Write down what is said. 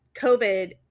COVID